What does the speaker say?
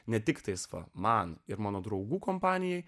ne tiktais va man ir mano draugų kompanijai